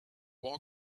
war